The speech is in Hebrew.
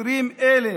ל-20,000